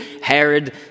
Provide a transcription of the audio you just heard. herod